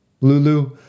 Lulu